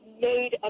made